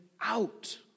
out